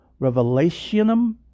Revelationum